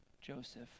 Joseph